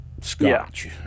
scotch